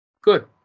Good